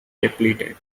depleted